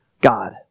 God